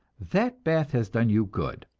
that bath has done you good.